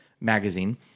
magazine